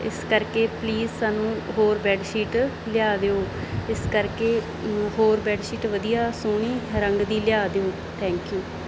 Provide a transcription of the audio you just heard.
ਇਸ ਕਰਕੇ ਪਲੀਜ਼ ਸਾਨੂੰ ਹੋਰ ਬੈਡ ਸ਼ੀਟ ਲਿਆ ਦਿਓ ਇਸ ਕਰਕੇ ਹੋਰ ਬੈਡ ਸ਼ੀਟ ਵਧੀਆ ਸੋਹਣੀ ਰੰਗ ਦੀ ਲਿਆ ਦਿਓ ਥੈਂਕ ਯੂ